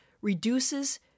reduces